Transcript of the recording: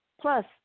Plus